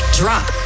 drop